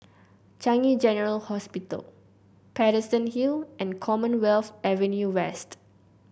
Changi General Hospital Paterson Hill and Commonwealth Avenue West